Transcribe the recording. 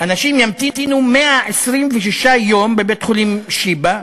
אנשים ימתינו 126 יום בבית-חולים שיבא,